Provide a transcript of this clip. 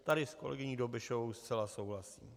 Tady s kolegyní Dobešovou zcela souhlasím.